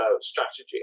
strategy